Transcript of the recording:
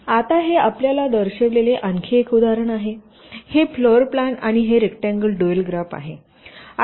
आता हे आपल्याला दर्शविलेले आणखी एक उदाहरण आहे हे फ्लोरप्लान आणि हे रेक्टांगल ड्युअल ग्राफ आहे